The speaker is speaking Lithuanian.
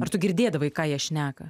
ar tu girdėdavai ką jie šneka